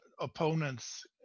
opponents